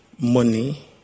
money